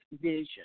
vision